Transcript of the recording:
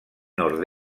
nord